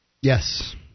Yes